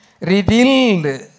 revealed